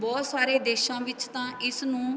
ਬਹੁਤ ਸਾਰੇ ਦੇਸ਼ਾਂ ਵਿੱਚ ਤਾਂ ਇਸ ਨੂੰ